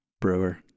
Brewer